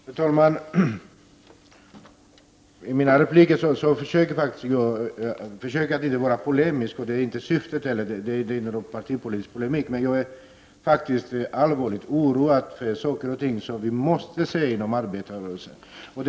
Herr talman! I mina repliker försöker jag att inte vara polemisk. Syftet är inte heller att ta upp någon partipolitisk polemik. Jag är allvarligt oroad över saker och ting som vi inom arbetarrörelsen måste se.